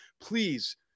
please